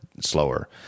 slower